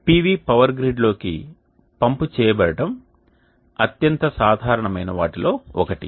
PV power గ్రిడ్లోకి pump చేయబడటం అత్యంత సాధారణమైన వాటిలో ఒకటి